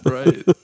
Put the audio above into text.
Right